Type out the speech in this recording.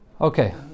Okay